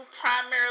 primarily